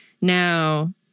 now